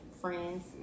friends